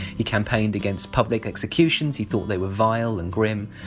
he campaigned against public executions he thought they were vile and grim.